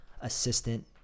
assistant